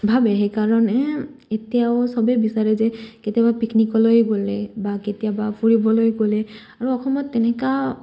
ভাবে সেইকাৰণে এতিয়াও চবেই বিচাৰে যে কেতিয়াবা পিকনিকলৈ গ'লে বা কেতিয়াবা ফুৰিবলৈ গ'লে আৰু অসমত তেনেকা